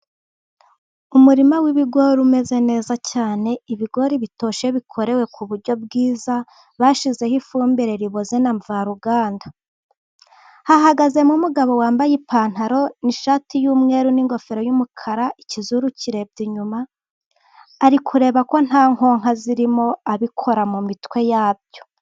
Umurima w'ibigori umeze neza cyane ibigori bitoshye bikorewe ku buryo bwiza bashyizeho ifumbire riboze na mvaruganda. Hahagazemo umugabo wambaye ipantaro n'ishati y'umweru n'ingofero y'umukara ikizuru kirebye inyuma ari kureba ko nta konka zirimo abikora mu mitwe yabyo.